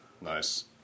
Nice